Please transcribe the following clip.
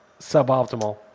suboptimal